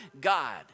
God